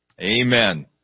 Amen